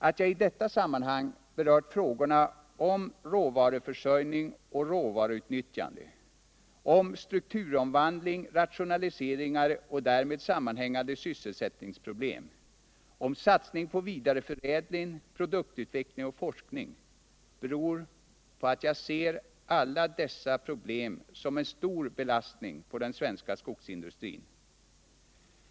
Alt jag i detta sammanhang berört frågorna om råvaruförsörjning och råvaruutnyttjande, om strukturomvandling, rationaliseringar och därmed sammanhängande sysselsättningsproblem, om satsning på vidareförädling, produktutveckling och forskning beror på att jag ser alla dessa problem som en stor belastning på den svenska skogsindustrin.